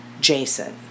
Jason